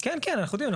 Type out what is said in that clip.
כן, כן, אנחנו יודעים.